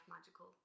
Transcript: magical